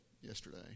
yesterday